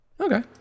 Okay